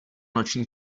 noční